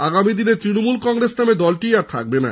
আগামী দিনে তৃণমূল কংগ্রেস দলটি আর থাকবে না